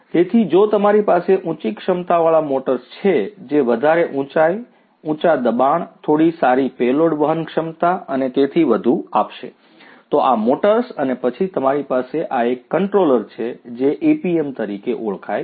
તેથી જો તમારી પાસે ઉંચી ક્ષમતાવાળા મોટર્સ છે જે વધારે ઉંચાઇ ઊંચા દબાણ થોડી સારી પેલોડ વહન ક્ષમતા અને તેથી વધુ આપશે તો આ મોટર્સ અને પછી તમારી પાસે આ એક કન્ટ્રોલર છે જે APM તરીકે ઓળખાય છે